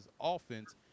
offense